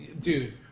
Dude